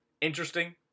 interesting